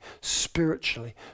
spiritually